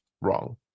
wrong